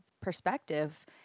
perspective